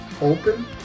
open